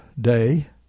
day